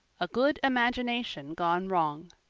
a good imagination gone wrong